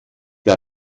der